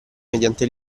mediante